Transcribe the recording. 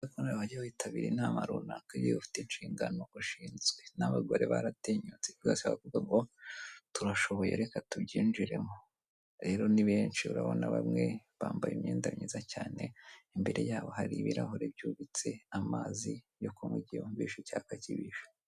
Aba Bitabirira inama runaka iyo ufite inshingano ushinzwe, n'abagore baratinyutse rwose baravuga ngo turashoboye reka tubyinjiremo. Rero ni benshi, urabona bamwe bambaye imyenda myiza cyane. imbere yabo hari ibirahuri byubitse, amazi yo kunywa igihr icyaka kibishe.